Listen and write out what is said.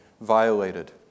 violated